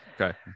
Okay